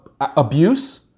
abuse